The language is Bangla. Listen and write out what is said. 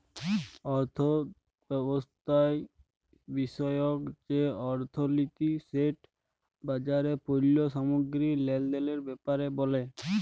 অথ্থব্যবস্থা বিষয়ক যে অথ্থলিতি সেট বাজারে পল্য সামগ্গিরি লেলদেলের ব্যাপারে ব্যলে